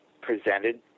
presented